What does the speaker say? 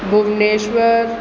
Bhubaneswar